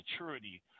maturity